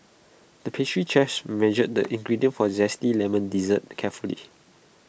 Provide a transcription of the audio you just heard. the pastry measured the ingredients for Zesty Lemon Dessert the carefully